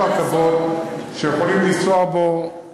הכוונה היא בסוף להגיע לשירות רכבות שהחיילים יכולים לנסוע בו בחינם,